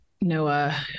Noah